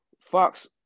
Fox